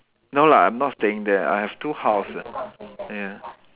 no lah I'm not staying there I have two house ah ya